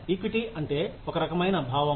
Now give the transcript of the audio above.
equity అంటే ఒక రకమైన భావం